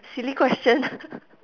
silly question